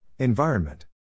Environment